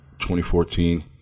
2014